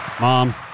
Mom